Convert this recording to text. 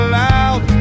loud